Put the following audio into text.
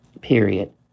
Period